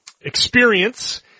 experience